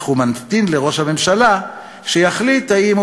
אך הוא ממתין לראש הממשלה שיחליט אם הוא